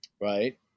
Right